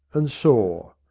and saw.